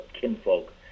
kinfolk